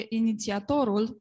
inițiatorul